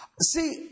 See